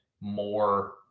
more